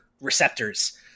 receptors